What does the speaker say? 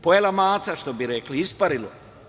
Pojela maca, što bi rekli, isparilo.